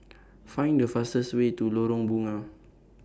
Find The fastest Way to Lorong Bunga